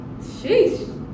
Sheesh